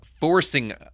forcing